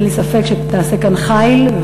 ואין לי ספק שתעשה כאן חיל,